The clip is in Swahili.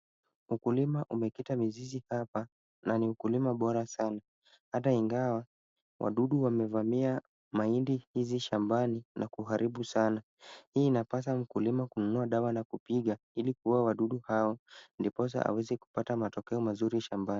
Ukulima umekita mizizi hapa na ni ukulima bora sana hata ingawa wadudu wamevamia mahindi hizi shambani na kuharibu sana. Hii inapasa mkulima kununua dawa na kupiga ili kuua wadudu hao ndiposa aweze kupata matokeo mazuri shambani.